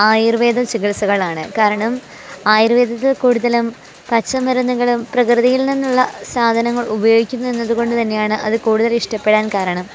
ആയുർവേദ ചികിത്സകളാണ് കാരണം ആയുർവേദം കൂടുതലും പച്ചമരുന്നുകളും പ്രകൃതിയിൽ നിന്നുള്ള സാധനങ്ങൾ ഉപയോഗിക്കുന്നതുകൊണ്ട് തന്നെയാണ് അത് കൂടുതൽ ഇഷ്ടപ്പെടാൻ കാരണം